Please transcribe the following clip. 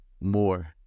more